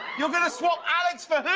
you're going to swap alex for who?